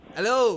Hello